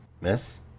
Miss